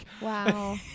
Wow